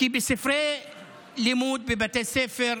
כי בספרי לימוד בבתי ספר,